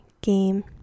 game